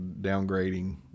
downgrading